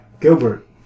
Gilbert